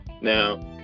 Now